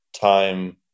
time